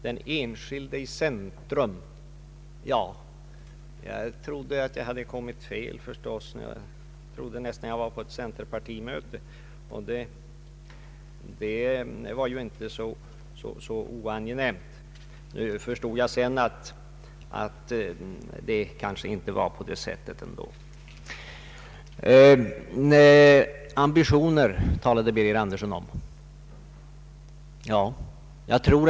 Jag trodde förstås att jag hade kommit fel, nästan att jag befann mig på ett centerpartimöte, och det var ju inte så oangenämt. Jag förstod sedan att det kanske inte var så. Herr Birger Andersson talade också om ambitioner.